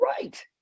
Right